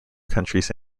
countries